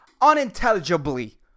unintelligibly